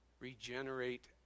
regenerate